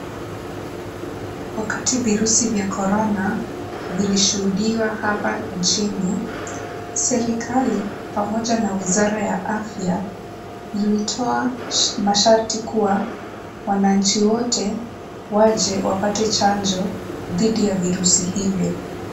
Wakati virusi vya korona, vilishuhudiwa hapa nchini, serikali pamoja na wizara ya afya, zilitoa masharti kuwa wananchi wote waje wapate chanjo dhidi ya virusi hivyo.